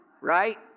Right